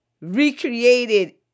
recreated